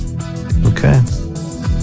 Okay